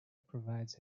provides